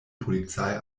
polizei